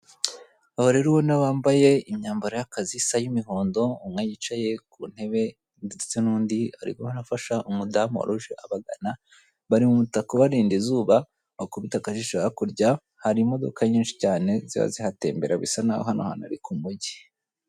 Aba rero ubona bambaye imyambaro y'akazi isa y'imihondo umwe yicaye ku ntebe ndetse n'undi ariho arafasha umudamu wari uje abagana bari mu mutaka ubarinda izuba wakubita akajisho hakurya hari imodoka nyinshi cyane ziba zihatembera bisa nk'aho hano hantu ari ku mugi.